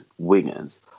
wingers